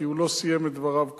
כי הוא לא סיים את דבריו קודם,